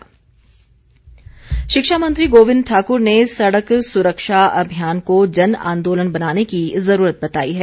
गोविंद शिक्षा मंत्री गोविंद ठाकुर ने सड़क सुरक्षा अभियान को जनआंदोलन बनाने की ज़रूरत बताई है